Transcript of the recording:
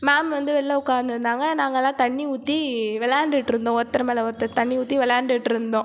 ma'am வந்து வெளில உக்காந்துருந்தாங்க நாங்கள் எல்லாம் தண்ணி ஊற்றி விளாண்டிட்ருந்தோம் ஒருத்தர் மேல் ஒருத்தர் தண்ணி ஊற்றி விளாண்டிட்ருந்தோம்